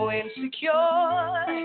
insecure